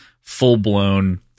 full-blown